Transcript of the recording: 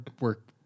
work